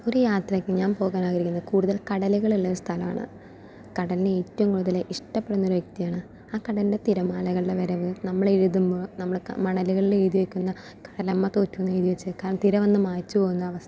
ഒരു യാത്രക്ക് ഞാൻ പോകാൻ ആഗ്രഹിക്കുന്നത് കൂടുതൽ കടലുകൾ ഉള്ള സ്ഥലമാണ് കടലിനെ ഏറ്റവും കൂടുതലായി ഇഷ്ടപ്പെടുന്ന ഒരു വ്യക്തിയാണ് ആ കടലിലെ തിരമാലകളുടെ വരവ് നമ്മൾ എഴുതുമ്പോൾ നമ്മൾ മണലുകളിലെഴുതിയിരിക്കുന്ന കടലമ്മ തോറ്റുവെന്ന് എഴുതിവെച്ചാൽ കടൽ തിര മായ്ച്ച് പോകുന്ന അവസ്ഥ